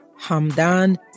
Hamdan